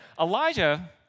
Elijah